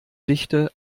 dichte